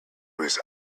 was